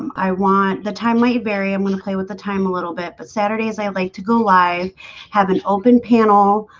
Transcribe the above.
um i want the time-weighted barium when you play with the time a little bit, but saturdays, i like to go live have an open panel